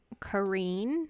kareen